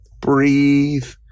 Breathe